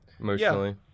emotionally